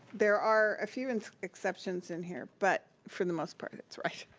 there are a few and exceptions in here, but for the most part it's right.